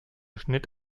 schnitt